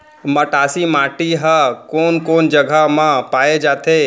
मटासी माटी हा कोन कोन जगह मा पाये जाथे?